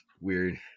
Weird